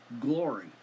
glory